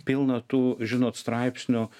pilna tų žinot straipsnių